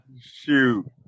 Shoot